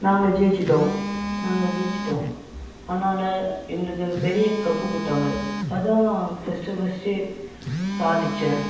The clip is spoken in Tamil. நாங்கள் ஜெயிச்சிவிட்டோம் நாங்கள் ஜெயிச்சிவிட்டோம் அதனால எங்களுக்கு பெரிய கப்பு கொடுத்தாங்க அதான் நான் ஃபர்ஸ்ட்டு ஃபர்ஸ்ட்டு சாதிச்சேன்